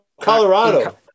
Colorado